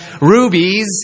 rubies